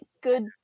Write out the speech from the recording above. good